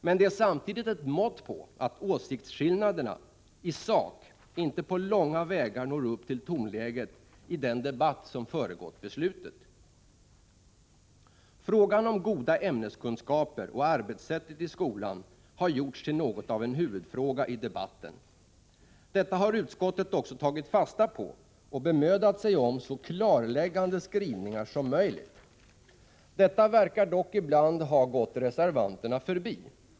Men det är samtidigt ett mått på att åsiktsskillnaderna i sak inte på långa vägar når upp till tonläget i den debatt som föregått beslutet. Frågan om goda ämneskunskaper och arbetssättet i skolan har gjorts till något av en huvudfråga i debatten. Detta har utskottet också tagit fasta på och bemödat sig om så klarläggande skrivningar som möjligt. Ibland verkar dock detta ha gått reservanterna förbi.